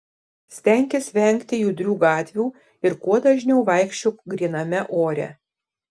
stenkis vengti judrių gatvių ir kuo dažniau vaikščiok gryname ore